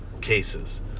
cases